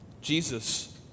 Jesus